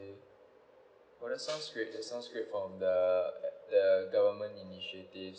well that sounds great that sounds great from the the government initiative